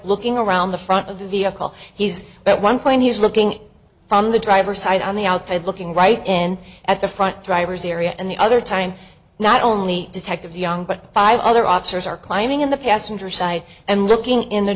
looking around the front of the vehicle he's at one point he's looking from the driver side on the outside looking right in at the front driver's area and the other time not only detective young but five other officers are climbing in the passenger side and looking in the